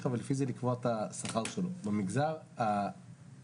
יש הרבה הסברים למוביליות הנמוכה במגזר הציבורי.